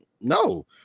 No